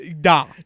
die